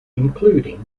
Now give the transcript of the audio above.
including